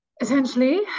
essentially